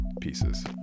pieces